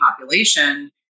population